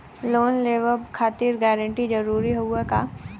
Loan लेवब खातिर guarantor जरूरी हाउ का?